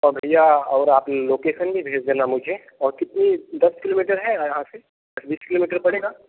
और भईया और आप लोकेशन भी भेज देना मुझे और कितनी दस किलोमीटर है यहाँ से दस बीस किलोमीटर पड़ेगा